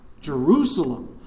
Jerusalem